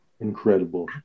incredible